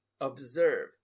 Observe